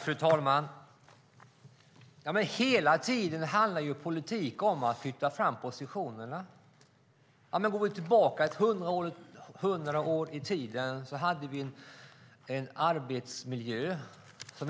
Fru talman! Politik handlar hela tiden om att flytta fram positionerna. Om vi går tillbaka 100 år i tiden hade vi då en arbetsmiljö som